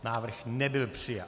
Návrh nebyl přijat.